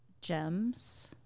Gems